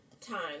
time